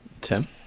Tim